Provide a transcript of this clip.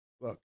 look